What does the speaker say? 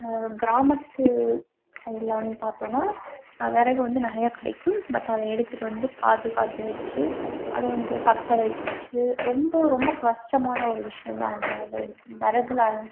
கிராமத்து சைட்லனு பார்த்தோனா விறகு வந்து நிறையா கிடைக்கும் பட் அதை எடுத்துகிட்டு வந்து பாதுகாத்து வச்சு அதை வந்து பற்ற வச்சு ரொம்ப ரொம்ப கஷ்டமானா ஒரு விஷயம் தான் வந்து அது விறகுல